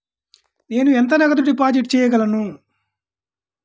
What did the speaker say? నేను ఎంత నగదు డిపాజిట్ చేయగలను?